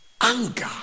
anger